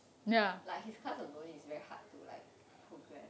like his class alone it's very hard to like progress